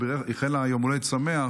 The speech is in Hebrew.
ואיחל לה יום הולדת שמח